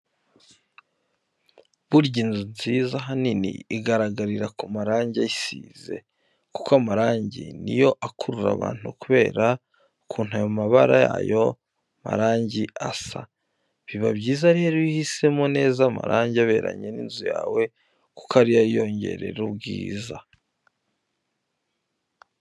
Burya inzu nziza ahanini igaragarira ku marangi ayisize, kuko amarangi ni yo akurura abantu kubera ukuntu ayo mabara yayo marangi asa. Biba byiza rero iyo uhisemo neza amarangi aberanye n'inzu yawe kuko ari yo ayongerera ubwiza.